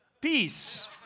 peace